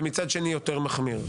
ומצד שני יותר מחמיר.